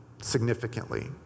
significantly